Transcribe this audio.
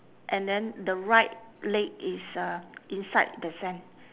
and then the right leg is uh inside the sand